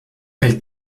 elle